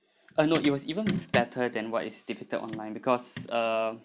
uh no it was even better than what is depicted online because uh